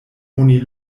oni